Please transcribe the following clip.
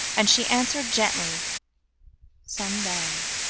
and she answered gently some day,